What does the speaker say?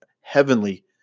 heavenly